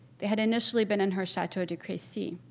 they had initially been in her chateau de crecy.